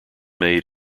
made